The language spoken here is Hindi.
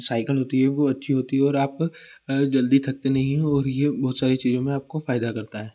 साइकल होती है वह अच्छी होती है और आप जल्दी थकते नही हैं और ये बहुत सारी चीज़ों में आपको फ़ायदा करता है